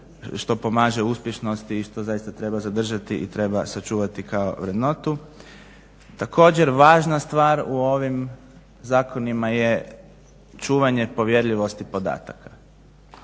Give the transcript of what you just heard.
što pomaže uspješnosti i što zaista treba zadržati i treba sačuvati vrednotu. Također važna stvar u ovim zakonima je čuvanje povjerljivosti podataka.